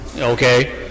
Okay